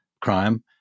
crime